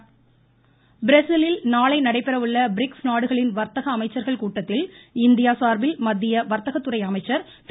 பியூஷ்கோயல் பிரேஸிலில் நாளை நடைபெறவுள்ள பிரிக்ஸ் நாடுகளின் வர்த்தக அமைச்சர்கள் கூட்டத்தில் இந்தியா சார்பில் மத்திய வர்த்தகத்துறை அமைச்சர் திரு